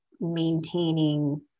maintaining